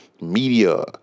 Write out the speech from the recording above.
media